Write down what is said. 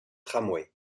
tramway